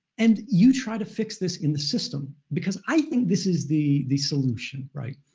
and you try to fix this in the system. because i think this is the the solution, right?